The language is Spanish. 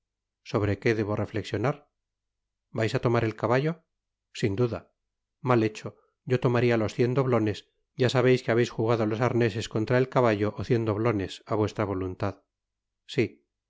sobre qué debo'reflexionar vais á tomar el caballo sin duda mal hecho fyo tomaria los cien doblones ya sabeis que habeis jugado los arneses contra el caballo ó cienmoblones á vuestra voluntad si yo